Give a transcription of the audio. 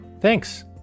Thanks